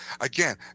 Again